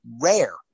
rare